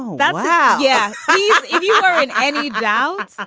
but yeah oh. yeah. have you heard any doubts?